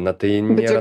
na tai nėra